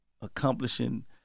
accomplishing